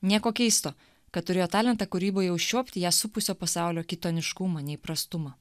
nieko keisto kad turėjo talentą kūryboje užčiuopti ją supusio pasaulio kitoniškumą neįprastumą